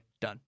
done